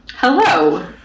Hello